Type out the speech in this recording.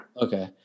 Okay